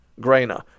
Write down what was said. Grainer